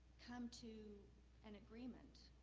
come to an agreement,